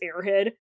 airhead